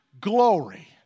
glory